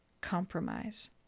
compromise